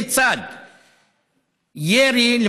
לצד ירי,